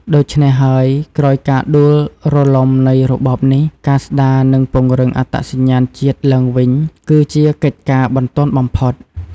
ដូច្នេះហើយ ក្រោយការដួលរលំនៃរបបនេះ ការស្ដារ និងពង្រឹងអត្តសញ្ញាណជាតិឡើងវិញគឺជាកិច្ចការបន្ទាន់បំផុត។